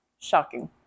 shocking